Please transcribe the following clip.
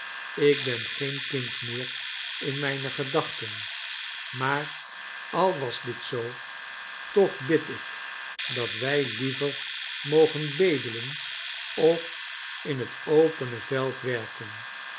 ik ben geen kind meer in mijne gedachten maar al was dit zoo toch bid ik dat wij liever mogen bedelen of in het opene veld